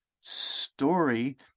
story